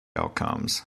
outcomes